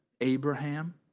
Abraham